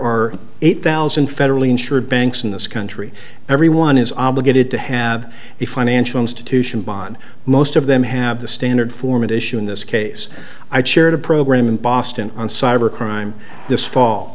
are eight thousand federally insured banks in this country everyone is obligated to have a financial institution bond most of them have the standard form of issue in this case i chaired a program in boston on cyber crime this fall